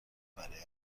برایم